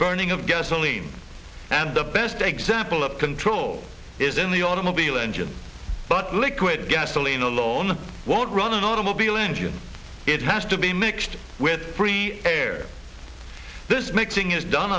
burning of gasoline and the best example of control is in the automobile engine but liquid gasoline alone won't run an automobile engine it has to be mixed with free air this mixing is done